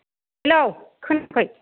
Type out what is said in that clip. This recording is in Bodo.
हेल' खोनायाखै